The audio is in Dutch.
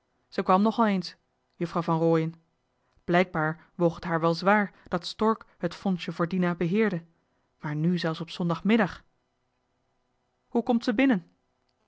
kwam nog al eens juffrouw van rooien blijkbaar woog het haar wel zwaar dat stork het fondsje voor dina beheerde maar nu zelfs op zondagmiddag hoe komt ze binnen